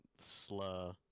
slur